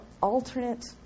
alternate